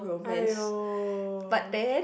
aiyo